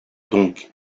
donc